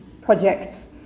projects